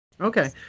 Okay